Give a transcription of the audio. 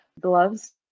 gloves